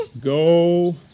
Go